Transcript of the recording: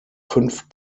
fünf